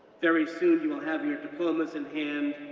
very soon you will have your diplomas in hand,